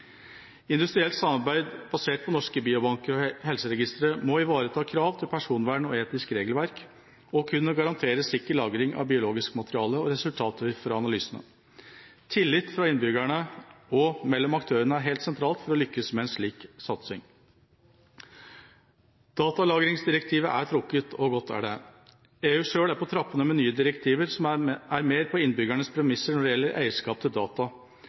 Industrielt samarbeid basert på norske biobanker og helseregistre må ivareta krav til personvern og etisk regelverk og kunne garantere sikker lagring av biologisk materiale og resultater fra analysene. Tillit fra innbyggerne og mellom aktørene er helt sentralt for å lykkes med en slik satsing. Datalagringsdirektivet er trukket – og godt er det. EU selv er på trappene med nye direktiver, som er mer på innbyggernes premisser når det gjelder eierskap til data.